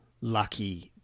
lucky